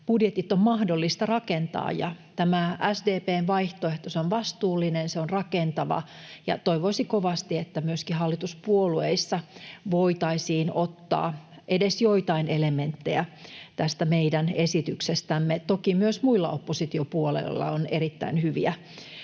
budjetit on mahdollista rakentaa. Tämä SDP:n vaihtoehto on vastuullinen, se on rakentava, ja toivoisin kovasti, että myöskin hallituspuolueissa voitaisiin ottaa edes joitain elementtejä tästä meidän esityksestämme. Toki myös muilla oppositiopuolueilla on erittäin hyviä